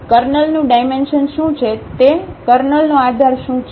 કર્નલનું dimension શું છે તે શું છે કર્નલનો આધાર શું છે